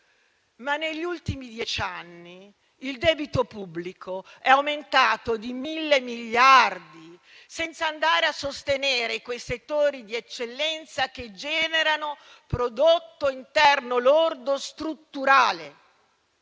Ma negli ultimi dieci anni il debito pubblico è aumentato di mille miliardi, senza andare a sostenere quei settori di eccellenza che generano prodotto interno lordo strutturale.